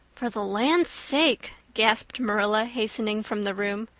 for the land's sake! gasped marilla, hastening from the room.